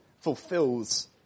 fulfills